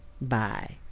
Bye